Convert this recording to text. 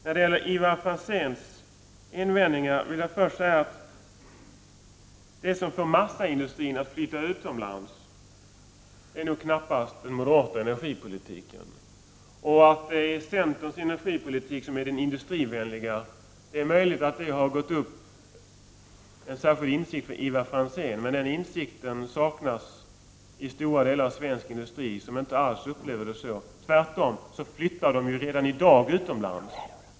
När det gäller Ivar Franzéns invändningar vill jag först säga att det som får massaindustrin att flytta utomlands är nog knappast den moderata energipolitiken. Det är möjligt att det för Ivar Franzén har gått upp en särskild insikt om att det är centerns energipolitik som är den industrivänliga, men den insikten saknas i stora delar av svensk industri. Där upplever man det inte alls så, tvärtom flyttar man redan i dag utomlands.